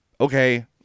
okay